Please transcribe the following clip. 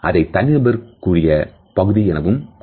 அதை தனிநபர் கூடிய பகுதி எனவும் கூறலாம்